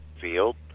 field